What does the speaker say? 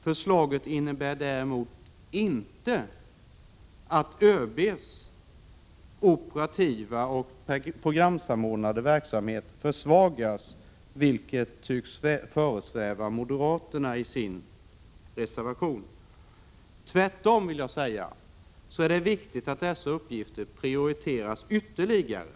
Förslaget innebär däremot inte att ÖB:s operativa och programsamordnande verksamhet försvagas, vilket tycks föresväva moderaterna i deras reservation. Tvärtom är det viktigt att dessa uppgifter prioriteras ytterligare.